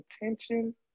attention